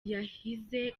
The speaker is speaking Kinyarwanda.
yahize